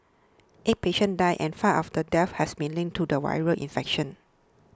eight patients died and five of the deaths has be linked to the viral infection